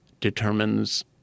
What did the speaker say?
determines